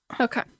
Okay